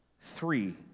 three